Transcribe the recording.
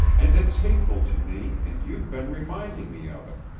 and it's hateful to me and you've been reminding me of it.